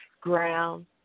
Ground